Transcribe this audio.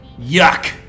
Yuck